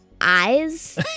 eyes